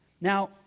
Now